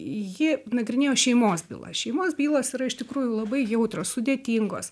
ji nagrinėjo šeimos bylas šeimos bylos yra iš tikrųjų labai jautrus sudėtingos